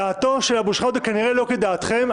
דעתו של אבו שחאדה כנראה לא כדעתכם,